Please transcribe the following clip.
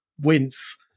wince